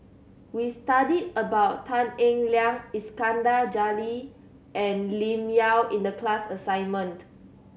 we studied about Tan Eng Liang Iskandar Jalil and Lim Yau in the class assignment